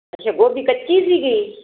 ਅੱਛਾ ਗੋਭੀ ਕੱਚੀ ਸੀਗੀ